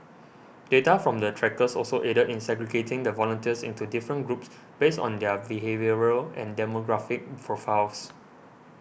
data from the trackers also aided in segregating the volunteers into different groups based on their behavioural and demographic profiles